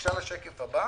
בבקשה לשקף הבא,